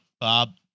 Bob